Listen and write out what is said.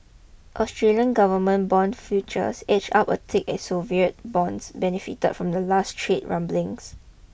Australian government bond futures edged up a tick as sovereign bonds benefited from the latest trade rumblings